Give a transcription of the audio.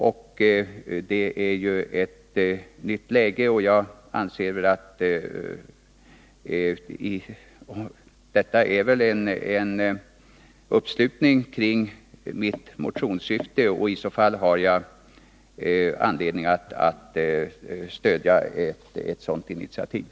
Jag anser att saken då kommer i ett nytt läge. Det innebär ett tillgodoseende av syftet med min motion, och ett sådant initiativ har jag i så fall anledning att stödja.